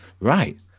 Right